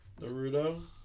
Naruto